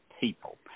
people